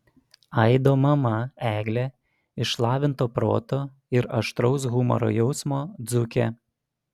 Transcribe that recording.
aido mama eglė išlavinto proto ir aštraus humoro jausmo dzūkė